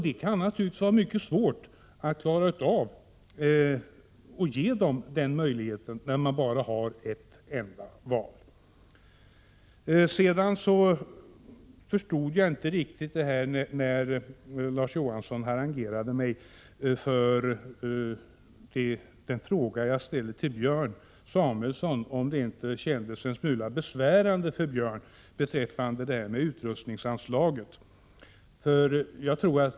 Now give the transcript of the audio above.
Då kan det vara svårt att placera dem efter deras önskemål. När Larz Johansson harangerade mig för den fråga jag ställde till Björn Samuelson om det inte kändes en smula besvärande för honom beträffande utrustningsanslaget, så förstod jag honom inte riktigt.